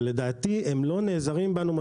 אבל לדעתי הם לא נעזרים בנו מספיק.